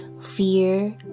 fear